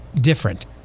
different